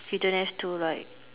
you don't have to like